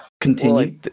continue